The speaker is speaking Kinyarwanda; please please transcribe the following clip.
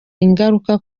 ingaruka